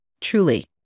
truly